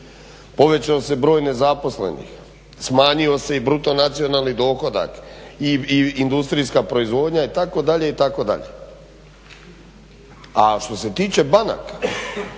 Povećao se broj nezaposlenih, smanjio se i BND i industrijska proizvodnja itd., itd. A što se tiče banaka